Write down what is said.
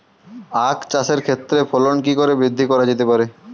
আক চাষের ক্ষেত্রে ফলন কি করে বৃদ্ধি করা যেতে পারে?